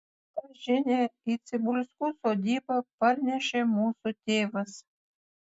tą žinią į cibulskų sodybą parnešė mūsų tėvas